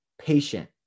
patient